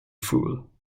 fool